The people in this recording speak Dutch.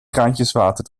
kraantjeswater